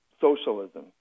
socialism